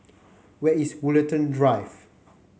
where is Woollerton Drive